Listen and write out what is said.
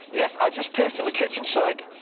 yes, i just pissed in the kitchen sink,